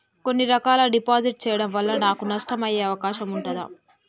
కొన్ని రకాల డిపాజిట్ చెయ్యడం వల్ల నాకు నష్టం అయ్యే అవకాశం ఉంటదా?